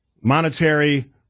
monetary